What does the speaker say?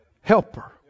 helper